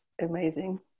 amazing